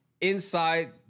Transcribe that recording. inside